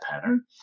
pattern